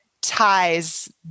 ties